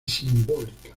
simbólica